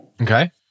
Okay